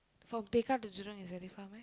from Tekka to Jurong is very far meh